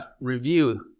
review